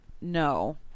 no